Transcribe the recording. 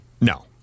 No